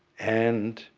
and,